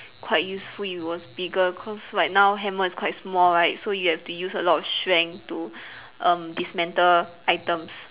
quite useful if it was bigger cause like now hammer is quite small right so you have to use a lot of strength to um dismantle items